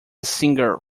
singer